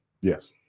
Yes